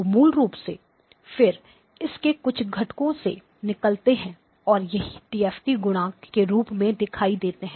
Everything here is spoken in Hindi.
तो मूल रूप से फिर इसके कुछ घटको से निकलता है और यही डीएफटी गुणांक के रूप में दिखाई देता है